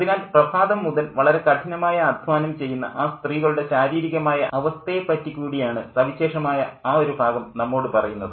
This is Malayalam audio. അതിനാൽ പ്രഭാതം മുതൽ വളരെ കഠിനമായ അദ്ധ്വാനം ചെയ്യുന്ന ആ സ്ത്രീകളുടെ ശാരീരികമായ അവസ്ഥയെപ്പറ്റി കൂടിയാണ് സവിശേഷമായ ആ ഒരു ഭാഗം നമ്മോട് പറയുന്നത്